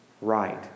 right